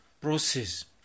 process